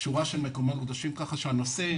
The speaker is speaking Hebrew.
כך שהנושא,